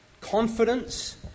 confidence